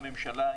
הממשלה,